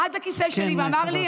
עד הכיסא שלי ואמר לי,